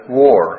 war